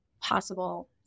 possible